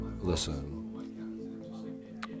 listen